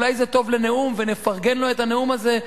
אולי זה טוב לנאום ונפרגן לו את הנאום הזה,